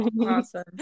Awesome